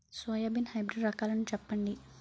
Soybean hybrid రకాలను చెప్పండి?